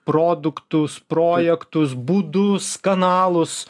produktus projektus būdus kanalus